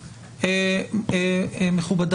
אין בעיה,